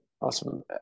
awesome